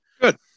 Good